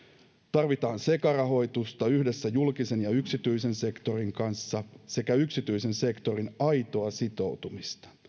tarvitaan sekarahoitusta yhdessä julkisen ja yksityisen sektorin kanssa sekä yksityisen sektorin aitoa sitoutumista